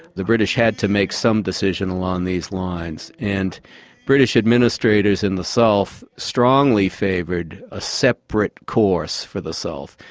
the british had to make some decision along these lines, and british administrators in the south strongly favoured a separate course for the south.